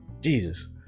jesus